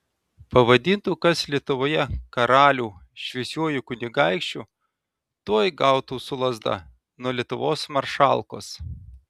pavadintų kas lietuvoje karalių šviesiuoju kunigaikščiu tuoj gautų su lazda nuo lietuvos maršalkos